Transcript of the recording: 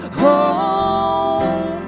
home